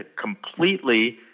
completely